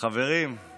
עכשיו אני